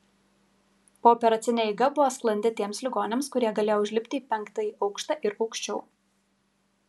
pooperacinė eiga buvo sklandi tiems ligoniams kurie galėjo užlipti į penktąjį aukštą ir aukščiau